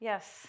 Yes